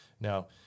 Now